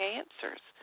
answers